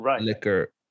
liquor